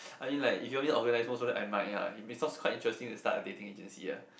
I mean like if you only organise most probably I might ah it may sounds quite interesting to start a dating agency ah